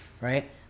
right